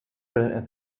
for